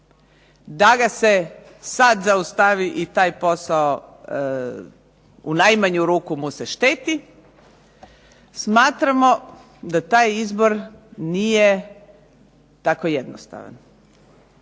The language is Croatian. da ga se sada zaustavi i taj posao u najmanju ruku mu se šteti, smatramo da taj izbor nije tako jednostavan.